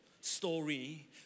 story